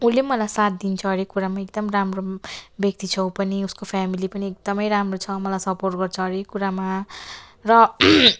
उसले पनि मलाई साथ दिन्छ अरे कुरामा एकदम राम्रो व्यक्ति छ ऊ पनि उसको फ्यामिली पनि एकदमै राम्रो छ मलाई सपोर्ट गर्छ हरेक कुरामा र